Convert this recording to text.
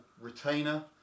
retainer